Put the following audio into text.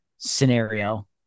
scenario